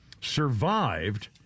survived